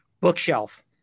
bookshelf